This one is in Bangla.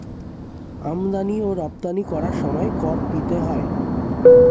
আমদানি ও রপ্তানি করার সময় কর দিতে হয়